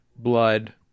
blood